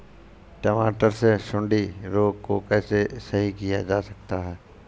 टमाटर से सुंडी रोग को कैसे सही किया जा सकता है?